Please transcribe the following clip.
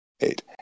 Eight